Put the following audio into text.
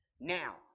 Now